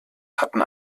hatten